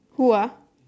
who ah